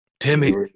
Timmy